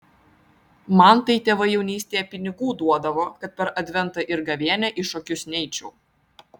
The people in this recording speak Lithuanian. man tai tėvai jaunystėje pinigų duodavo kad per adventą ir gavėnią į šokius neičiau